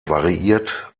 variiert